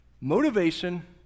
Motivation